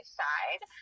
side